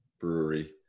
brewery